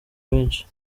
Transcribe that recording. benshi